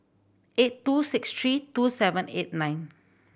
eight two six three two seven eight nine